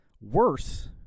worse